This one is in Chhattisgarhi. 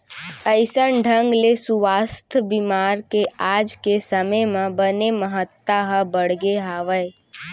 अइसन ढंग ले सुवास्थ बीमा के आज के समे म बने महत्ता ह बढ़गे हावय